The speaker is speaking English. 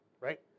Right